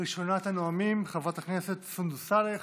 ראשונת הנואמים, סונדוס סאלח.